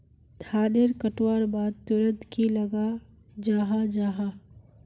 धानेर कटवार बाद तुरंत की लगा जाहा जाहा?